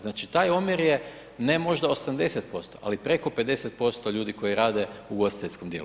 Znači, taj omjer je ne možda 80%, ali preko 50% ljudi koji rade u ugostiteljskom dijelu.